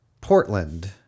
Portland